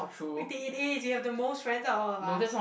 eh you have the most friends out of all of us